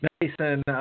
Mason